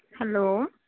hello